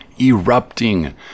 erupting